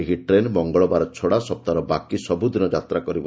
ଏହି ଟ୍ରେନ୍ ମଙ୍ଗଳବାର ଛଡ଼ା ସପ୍ତାହର ବାକି ସବୁ ଦିନ ଯାତ୍ରା କରିବ